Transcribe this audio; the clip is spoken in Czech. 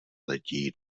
letí